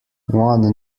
one